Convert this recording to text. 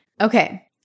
Okay